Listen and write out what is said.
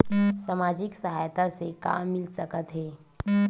सामाजिक सहायता से का मिल सकत हे?